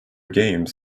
games